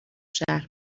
شهر